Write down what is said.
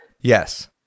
Yes